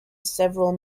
several